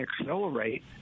accelerate